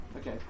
Okay